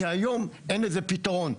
כי היום אין לזה פתרון.